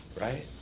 right